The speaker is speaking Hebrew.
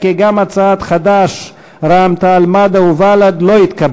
חד"ש רע"ם-תע"ל-מד"ע בל"ד להביע